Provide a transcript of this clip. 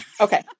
Okay